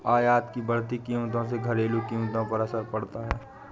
आयात की बढ़ती कीमतों से घरेलू कीमतों पर असर पड़ता है